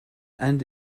and